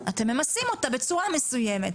אתם ממסים אותה בצורה מסוימת.